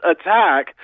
attack